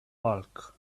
bulk